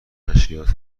نشریات